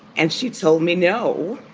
and she told me, no,